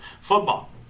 football